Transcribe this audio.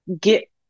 get